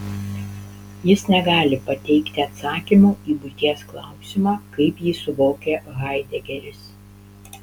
jis negali pateikti atsakymo į būties klausimą kaip jį suvokia haidegeris